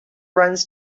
runs